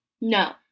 No